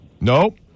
Nope